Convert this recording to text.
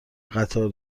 قطار